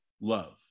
love